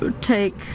take